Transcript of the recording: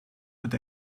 mit